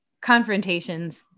confrontations